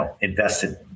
invested